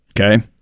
Okay